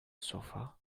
sofa